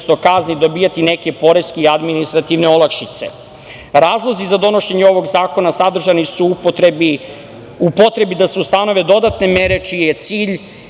umesto kazni dobijati neke poreske i administrativne olakšice. Razlozi za donošenje ovog zakona sadržani su u potrebi da se ustanove dodatne mere čiji je cilj